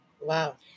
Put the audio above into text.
Wow